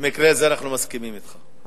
במקרה זה אנחנו מסכימים אתך ועם המזכיר.